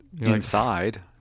inside